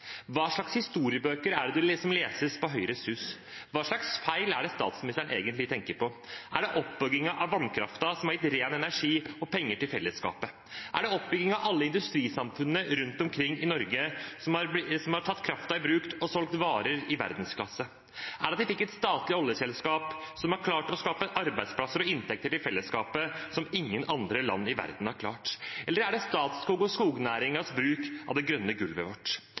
Hva slags historiebøker er det som leses i Høyres Hus? Hva slags feil er det statsministeren egentlig tenker på? Er det utbyggingen av vannkraften, som gir ren energi og penger til fellesskapet? Er det oppbyggingen av alle industrisamfunnene rundt omkring i Norge, som har tatt kraften i bruk og solgt varer i verdensklasse? Er det at vi fikk et statlig oljeselskap, som har klart å skape arbeidsplasser og inntekter til fellesskapet som ingen andre land i verden har klart? Eller er det Statskog og skognæringens bruk av det grønne gullet vårt?